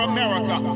America